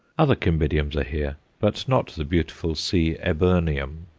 other cymbidiums are here, but not the beautiful c. eburneum.